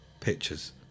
pictures